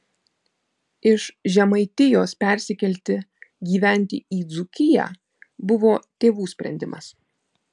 iš žemaitijos persikelti gyventi į dzūkiją buvo tėvų sprendimas